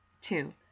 Two